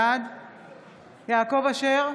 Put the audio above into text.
בעד יעקב אשר,